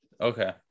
Okay